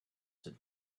said